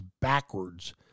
backwards